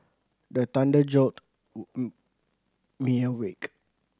the thunder jolt me awake